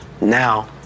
now